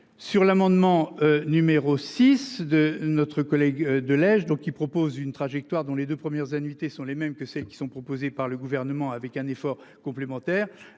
Sur l'amendement numéro 6 de notre collègue de Lège donc qui propose une trajectoire dont les deux premières annuités sont les mêmes que celles qui sont proposées par le gouvernement, avec un effort complémentaire